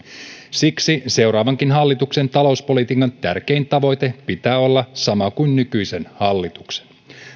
siksi seuraavankin hallituksen talouspolitiikan tärkeimmän tavoitteen pitää olla sama kuin nykyisen hallituksen